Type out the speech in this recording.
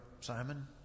Simon